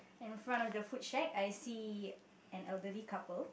and in front of the food shack I see an elderly couple